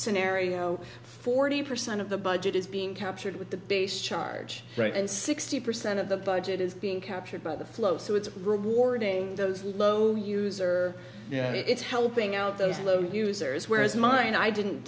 scenario forty percent of the budget is being captured with the base charge rate and sixty percent of the budget is being captured by the flow so it's rewarding those low user yeah it's helping out those low users whereas mine i didn't